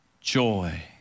joy